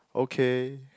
okay